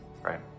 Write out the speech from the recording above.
right